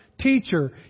teacher